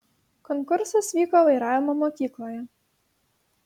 konkursas vyko vairavimo mokykloje